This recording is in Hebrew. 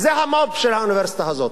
זה המו"פ של האוניברסיטה הזאת.